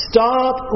Stop